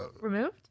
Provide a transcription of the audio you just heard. Removed